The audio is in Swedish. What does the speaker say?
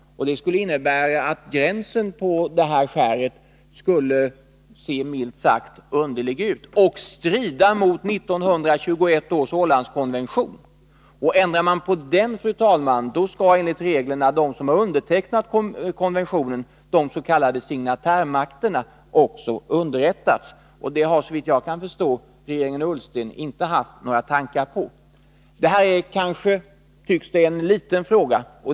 Det skulle innebära att gränsen på skäret skulle se milt sagt underlig ut och strida mot 1921 års Ålandskonvention. Ändrar man på den, fru talman, skall enligt reglerna de som undertecknat konventionen, de s.k. signatärmakterna, också underrättas. Det har, såvitt jag kan förstå, regeringen Ullsten inte haft några tankar på. Det här kan tyckas vara en liten fråga.